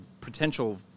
potential